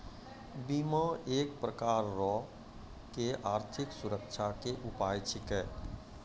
बीमा एक प्रकारो के आर्थिक सुरक्षा के उपाय छिकै